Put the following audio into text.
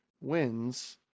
wins